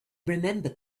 remembered